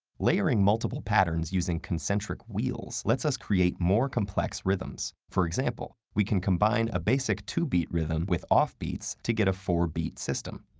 layering multiple patterns using concentric wheels lets us create more complex rhythms. for example, we can combine a basic two beat rhythm with off beats to get a four beat system.